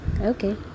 okay